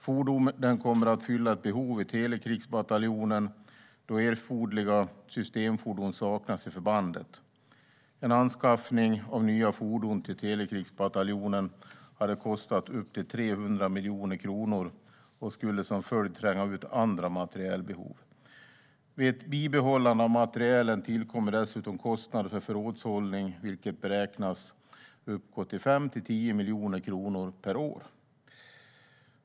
Fordonen kommer att fylla ett behov i telekrigsbataljonen då erforderliga systemfordon saknas i förbandet. En anskaffning av nya fordon till telekrigsbataljonen hade kostat upp till 300 miljoner kronor och skulle som följd tränga ut andra materielbehov. Vid ett bibehållande av materielen tillkommer dessutom kostnader för förrådshållning, vilka beräknas uppgå till 5-10 miljoner kronor per år.